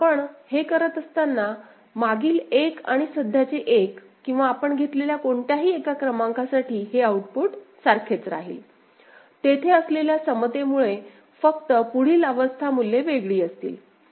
तर हे करत असताना आपण मागील एक आणि सध्याचे एक किंवा आपण घेतलेल्या कोणत्याही क्रमांकासाठी हे आउटपुट सारखेच राहील तेथे असलेल्या समतेमुळे फक्त पुढील अवस्था मूल्ये वेगळी असतील